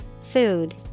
Food